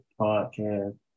podcast